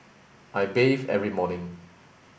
I bathe every morning